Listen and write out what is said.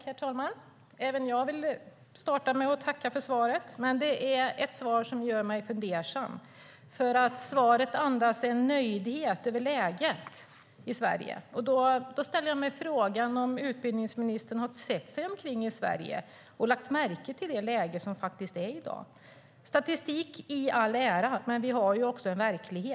Herr talman! Även jag vill börja med att tacka för svaret. Det är dock ett svar som gör mig fundersam, för det andas en nöjdhet över läget i Sverige. Jag ställer mig då frågan om utbildningsministern har sett sig omkring i Sverige och lagt märke till det läge som är. Statistik i all ära, men vi har också en verklighet.